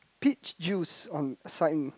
peach juice on